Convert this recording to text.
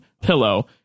pillow